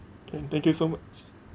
okay thank you so much